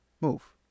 Move